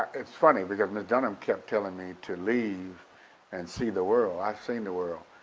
it's funny because miss dunham kept telling me to leave and see the world. i've seen the world.